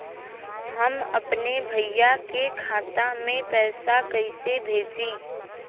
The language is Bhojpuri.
हम अपने भईया के खाता में पैसा कईसे भेजी?